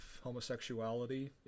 homosexuality